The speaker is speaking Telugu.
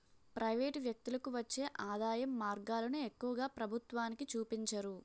ప్రైవేటు వ్యక్తులకు వచ్చే ఆదాయం మార్గాలను ఎక్కువగా ప్రభుత్వానికి చూపించరు